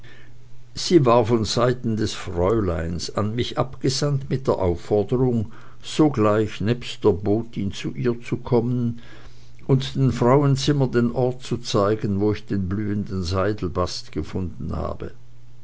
sie war von seite des fräuleins an mich abgesandt mit der aufforderung sogleich nebst der botin zu ihr zu kommen und den frauenzimmern den ort zu zeigen wo ich den blühenden zeidelbast gefunden habe